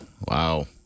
Wow